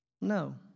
No